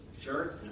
Sure